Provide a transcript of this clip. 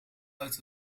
uit